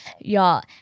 Y'all